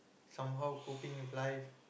somehow coping with life